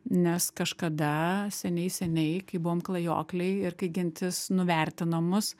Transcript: nes kažkada seniai seniai kai buvom klajokliai ir kai gentis nuvertino mus